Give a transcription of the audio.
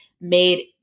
made